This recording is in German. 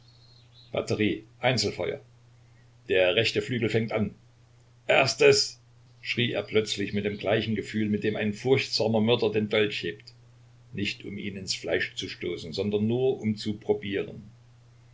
batterie einzelfeuer der rechte flügel fängt an erstes schrie er plötzlich mit dem gleichen gefühl mit dem ein furchtsamer mörder den dolch hebt nicht um ihn ins fleisch zu stoßen sondern nur um zu probieren